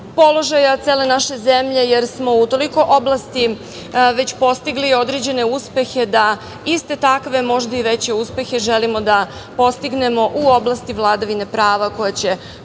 položaja cele naše zemlje, jer smo u toliko oblasti već postigli određene uspehe da iste takve možda i veće uspehe želimo da postignemo u oblasti vladavine prava koje će